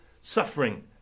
suffering